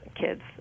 kids